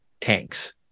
tanks